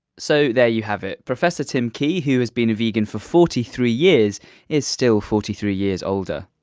so! there you have it professor tim key who has been a vegan for forty three years is still forty three years older.